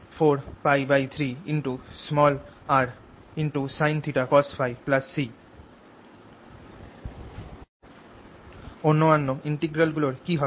ds 4π3rsinθcosՓ C অন্যান্য integral গুলোর কী হবে